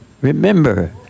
remember